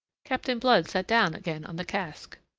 captain blood sat down again on the cask,